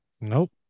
nope